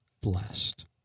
blessed